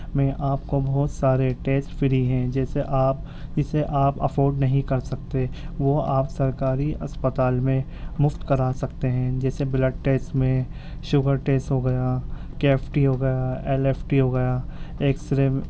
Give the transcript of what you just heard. میں آپ کو بہت سارے ٹیسٹ فری ہیں جیسے آپ اسے آپ افورڈ نہیں کر سکتے وہ آپ سرکاری اسپتال میں مفت کرا سکتے ہیں جیسے بلڈ ٹیسٹ میں شوگر ٹیسٹ ہو گیا کے ایف ٹی ہو گیا ایل ایف ٹی ہو گیا ایکس رے